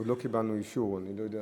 עוד לא קיבלנו אישור, אני לא יודע,